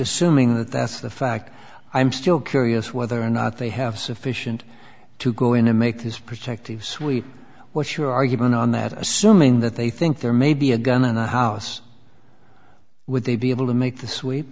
assuming that that's the fact i'm still curious whether or not they have sufficient to go in and make this protective sweep what's your argument on that assuming that they think there may be a gun in the house would they be able to make the swee